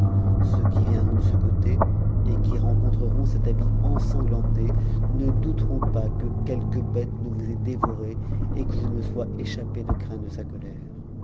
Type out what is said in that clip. ceux qui viendront de ce côté et qui rencontreront cet habit ensanglanté ne douteront pas que quelque bête ne vous ait dévoré et que je ne me sois échappe de crainte de sa colère